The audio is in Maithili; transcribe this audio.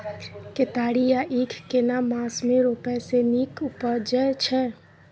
केतारी या ईख केना मास में रोपय से नीक उपजय छै?